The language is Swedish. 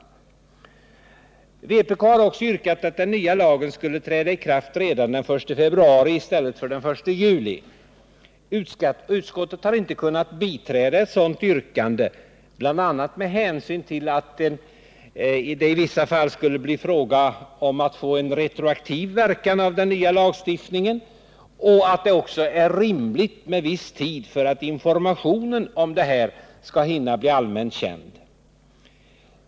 Vpk har också yrkat att den nya lagen skulle träda i kraft redan den I - Nr 60 februari i stället för den 1 juli. Utskottet har inte kunnat biträda ett sådant yrkande, bl.a. med hänsyn till att det i vissa fall då skulle bli fråga om en retroaktiv verkan av den nya lagstiftningen och att det är rimligt med viss tid för att informationen skall hinna bli allmänt känd.